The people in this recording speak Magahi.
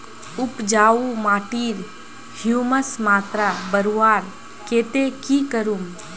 उपजाऊ माटिर ह्यूमस मात्रा बढ़वार केते की करूम?